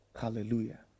Hallelujah